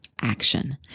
action